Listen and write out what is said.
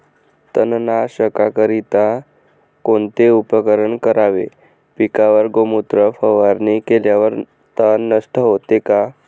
तणनाशकाकरिता कोणते उपकरण वापरावे? पिकावर गोमूत्र फवारणी केल्यावर तण नष्ट होते का?